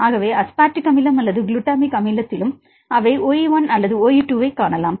ஆகவே அஸ்பார்டிக் அமிலம் அல்லது குளுட்டமிக் அமிலத்திலும் அவை OE1 அல்லது OE2 ஐக் காணலாம்